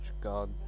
God